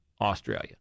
australia